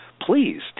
Please